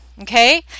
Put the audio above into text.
Okay